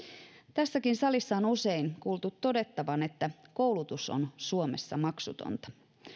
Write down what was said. tässäkin salissa on usein kuultu todettavan että koulutus on suomessa maksutonta